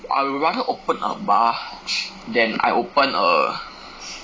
I would rather open a bar than I open a